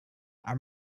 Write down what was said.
our